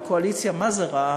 אבל קואליציה מה-זה רעה.